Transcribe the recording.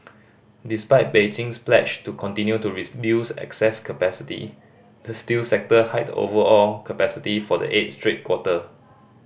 despite Beijing's pledge to continue to excess capacity the steel sector hiked overall capacity for the eighth straight quarter